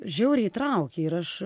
žiauriai įtraukė ir aš